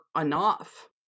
enough